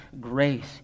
grace